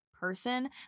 person